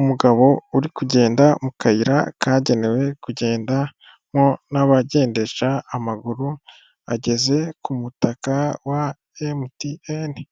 Umugabo uri kugenda mu kayira kagenewe kugenda mo n'abagendesha amaguru ageze ku mutaka wa emutiyene